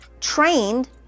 trained